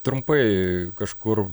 trumpai kažkur